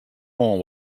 moarn